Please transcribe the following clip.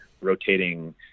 rotating